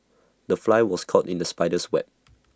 the fly was caught in the spider's web